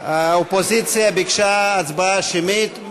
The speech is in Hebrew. האופוזיציה ביקשה הצבעה שמית.